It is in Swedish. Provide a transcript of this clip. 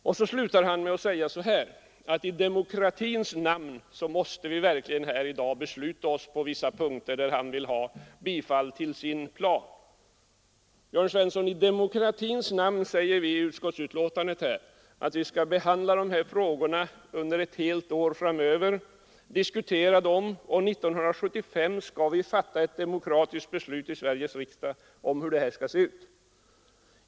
Herr Svensson i Malmö slutar med att säga att vi i demokratins namn i dag måste besluta oss i vissa avseenden, och han vill på dessa punkter att riksdagen skall bifalla hans plan. Herr Jörn Svensson! Vi säger i utskottsbetänkandet att vi i demokratins namn skall diskutera dessa frågor under ett helt år. Sedan skall vi 1975 fatta ett demokratiskt beslut i Sverige i frågan om hur energipolitiken skall se ut.